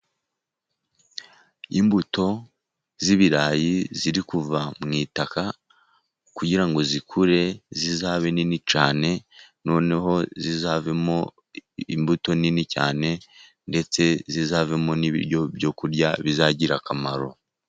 Imbuto z'ibirayi ziri kuva mu itaka, kugira ngo zikure zizabe nini cyane, noneho zizavemo imbuto nini cyane, ndetse zizavemo n'ibiryo byo kurya bizagira akamaro.